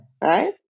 Right